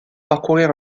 parcourir